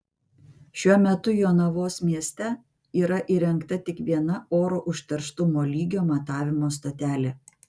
šiuo metu jonavos mieste yra įrengta tik viena oro užterštumo lygio matavimo stotelė